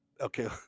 Okay